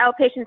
outpatient